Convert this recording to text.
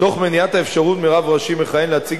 תוך מניעת האפשרות מרב ראשי מכהן להציג